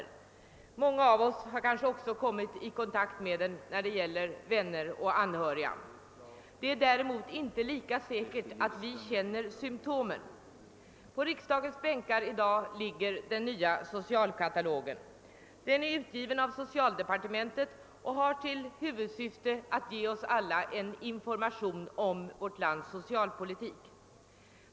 Åtskilliga av oss har kanske också kommit i kontakt med denna sjukdom hos vänner och anhöriga. Det är däremot inte lika säkert att vi känner symtomen. På riksdagens bänkar ligger i dag den nya socialkatalogen. Den är utgiven av socialdepartementet och har till huvudsyfte att ge oss alla information om vårt lands socialpolitik.